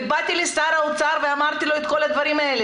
ובאתי לשר האוצר ואמרתי לו את כל הדברים האלה